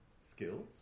skills